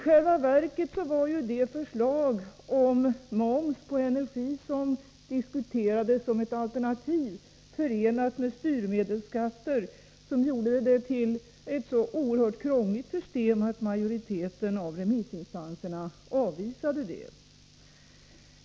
Det förslag om moms på energi som diskuterades som ett alternativ, förenat med styrmedelsskatter, var i själva verket ett så oerhört krångligt system att majoriteten av rémissinstanserna avvisade det.